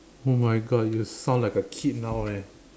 oh my god you sound like a kid now eh